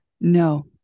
No